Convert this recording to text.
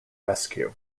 rescue